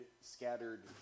scattered